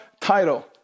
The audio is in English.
title